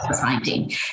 finding